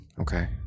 Okay